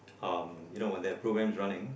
um you know when there programs running